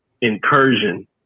incursion